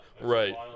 Right